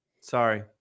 Sorry